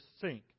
sink